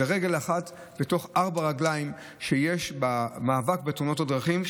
זו רגל אחת מארבע רגליים שיש במאבק בתאונות הדרכים.